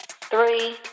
three